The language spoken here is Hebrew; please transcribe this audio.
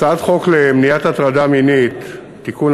הצעת חוק למניעת הטרדה מינית (תיקון,